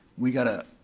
we gotta,